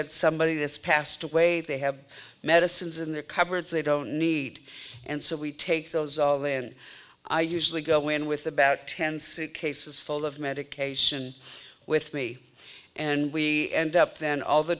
had somebody that's passed away they have medicines in their cupboards they don't need and so we take those all then i usually go in with about ten suitcases full of medication with me and we end up then all the